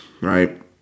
right